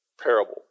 parable